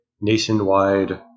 nationwide